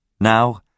Now